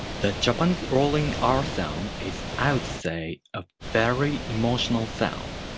the japanese rolling r sound is, i would say, a very emotional sound.